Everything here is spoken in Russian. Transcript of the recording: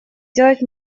сделать